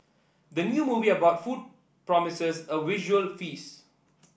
the new movie about food promises a visual feast